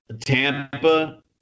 Tampa